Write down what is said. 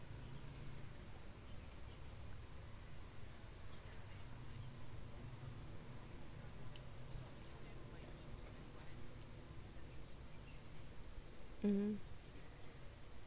mm